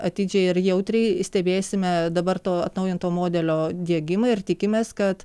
atidžiai ir jautriai stebėsime dabar to atnaujinto modelio diegimą ir tikimės kad